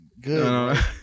good